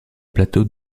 plateau